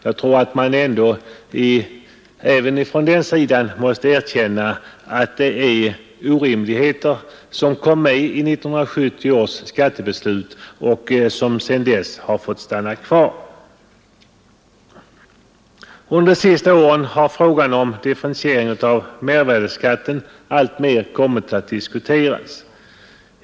Jag tror att man även på den sidan måste erkänna att detta är orimligheter som kom med i 1970 års skattebeslut och som har fått vara kvar sedan dess. Under de senaste åren har frågan om differentiering av mervärdeskatten alltmer diskuterats.